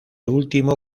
último